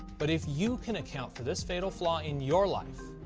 but if you can account for this fatal flaw in your life,